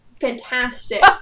Fantastic